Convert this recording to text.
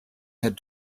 had